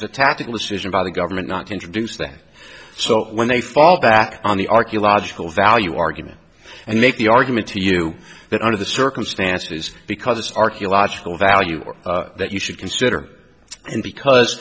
was a tactical decision by the government not to introduce them so when they fall back on the archaeological value argument and make the argument to you that under the circumstances because it's archaeological value that you should consider and because